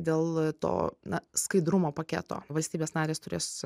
dėl to na skaidrumo paketo valstybės narės turės